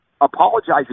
apologizing